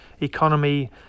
economy